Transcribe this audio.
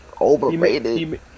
Overrated